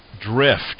Drift